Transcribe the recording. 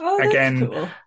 again